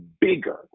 bigger